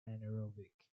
anaerobic